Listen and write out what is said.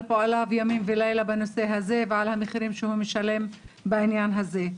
על פועליו ימים ולילות בנושא הזה ועל המחירים שהוא משלם בעניין הזה.